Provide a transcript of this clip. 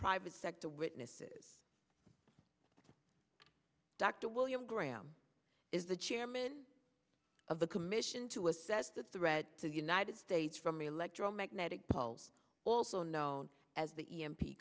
private sector witnesses dr william graham is the chairman of the commission to assess the threat to the united states from electromagnetic pulse also known as the e m p